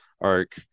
arc